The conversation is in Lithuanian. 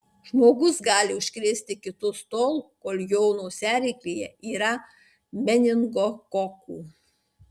žmogus gali užkrėsti kitus tol kol jo nosiaryklėje yra meningokokų